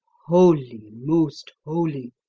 holy, most holy!